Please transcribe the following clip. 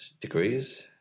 degrees